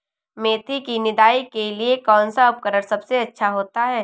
मेथी की निदाई के लिए कौन सा उपकरण सबसे अच्छा होता है?